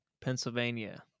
Pennsylvania